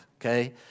okay